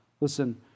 Listen